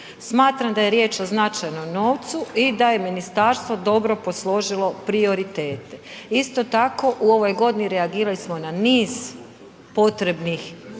Smatram da je riječ o značajnom novcu i da je ministarstvo dobro posložilo prioritete. Isto tako, u ovoj godini reagirali smo na niz potrebnih,